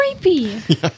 creepy